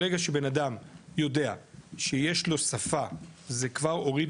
ברגע שבנאדם יודע שיש לו שפה זה כבר הוריד